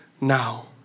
now